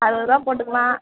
அறுபது ரூபா போட்டுக்கம்மா